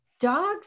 dogs